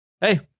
Hey